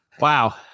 Wow